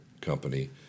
company